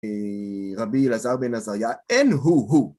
רבי אלעזר בן עזריה, אין הוא הוא!